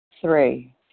Three